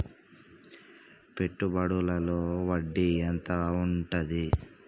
పెట్టుబడుల లో వడ్డీ ఎంత ఉంటది?